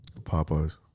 Popeyes